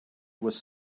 was